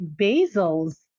basils